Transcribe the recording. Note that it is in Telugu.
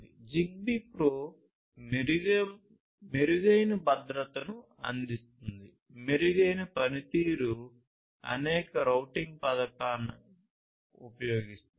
జిగ్బీ ప్రో మెరుగైన భద్రతను అందిస్తుంది మెరుగైన పనితీరు అనేక రౌటింగ్ పథకాన్ని ఉపయోగిస్తుంది